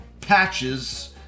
patches